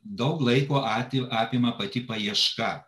daug laiko ati apima pati paieška